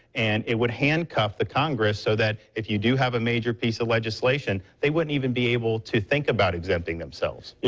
and it would hand cuff the congress so if you do have a major piece of legislation they wouldn't even be able to think about exempting themselves. you